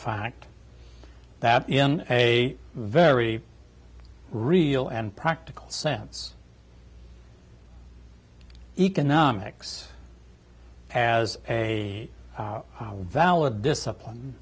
fact that in a very real and practical sense economics has a valid discipline